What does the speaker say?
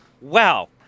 wow